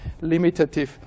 limitative